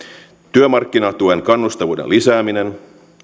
työmarkkinatuen kannustavuuden lisääminen